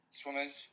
swimmers